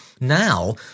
Now